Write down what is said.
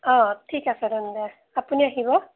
অঁ ঠিক আছে তেন্তে আপুনি আহিব